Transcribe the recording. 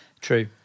True